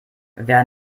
wer